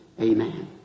Amen